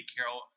Carol